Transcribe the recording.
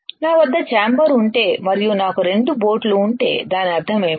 నా వద్ద చాంబర్ ఉంటే మరియు నాకు రెండు బోట్ లు ఉంటే దాని అర్థం ఏమిటి